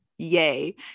yay